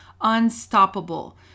Unstoppable